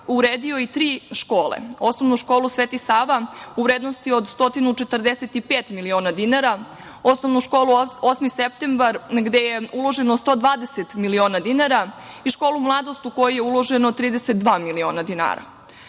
uredio i tri škole, Osnovnu školu „Sveti Sava“, u vrednosti od 145 miliona dinara, Osnovnu školu „8. Septembar“, gde je uloženo 120 miliona dinara i školu „Mladost“ u koju je uloženo 32 miliona dinara. Osim